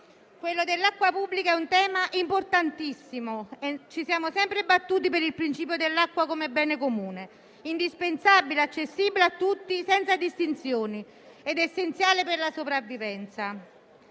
Quello dell'acqua pubblica è un tema importantissimo. Ci siamo sempre battuti per il principio dell'acqua come bene comune, indispensabile e accessibile a tutti senza distinzioni ed essenziale per la sopravvivenza.